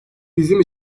bizim